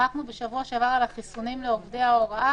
שוחחנו בשבוע שעבר על החיסונים לעובדי ההוראה,